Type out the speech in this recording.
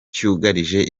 cyugarije